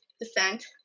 descent